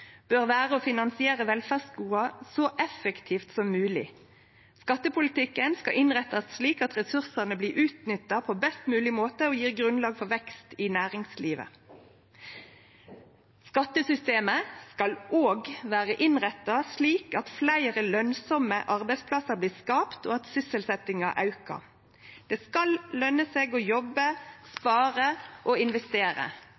bør vere å finansiere velferdsgoda så effektivt som mogleg. Skattepolitikken skal innrettast slik at ressursanse blir utnytta på best mogleg måte og gjev grunnlag for vekst i næringslivet. Skattesystemet skal òg vere innretta slik at fleire lønsame arbeidsplassar blir skapte, og at sysselsetjinga aukar. Det skal løne seg å jobbe,